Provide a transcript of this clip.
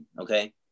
Okay